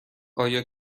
آیا